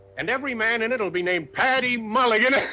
and every man in it'll be named paddy mulligan.